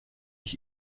ich